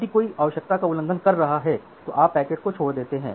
यदि कोई आवश्यकता का उल्लंघन कर रहा है तो आप पैकेट को छोड़ देते हैं